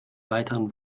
weiteren